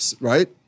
right